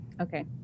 Okay